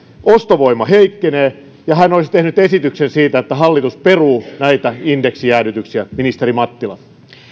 ostovoima heikkenee ja hän olisi tehnyt esityksen siitä että hallitus peruu näitä indeksijäädytyksiä ministeri mattila